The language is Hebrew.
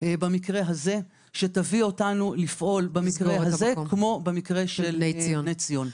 במקרה הזה שתביא אותנו לפעול במקרה הזה כמו במקרה של בני ציון.